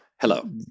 Hello